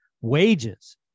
wages